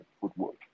football